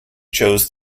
chose